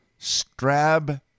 Strab